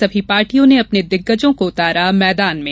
सभी पार्टियों ने अपने दिग्गजों को उतारा मैदान में